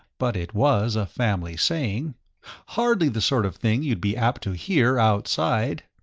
but it was a family saying hardly the sort of thing you'd be apt to hear outside.